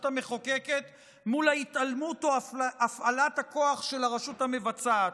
המחוקקת מול ההתעלמות או הפעלת הכוח של הרשות המבצעת.